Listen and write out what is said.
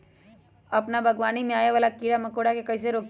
अपना बागवानी में आबे वाला किरा मकोरा के कईसे रोकी?